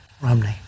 Romney